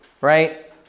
right